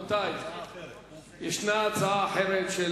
הצעה אחרת.